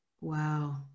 Wow